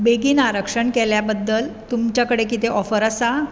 बेगीन आरक्षण केल्या बद्दल तुमच्या कडेन कितें ऑफर आसा